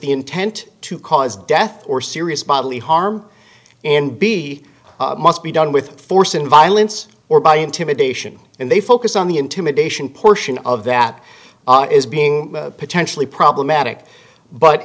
the intent to cause death or serious bodily harm and be must be done with force and violence or by intimidation and they focus on the intimidation portion of that is being potentially problematic but